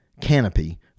canopy